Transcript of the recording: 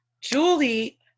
Julie